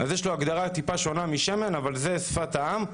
לכן, יש לו הגדרה קצת שונה משמן, אבל זאת שפת העם.